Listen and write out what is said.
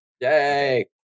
Yay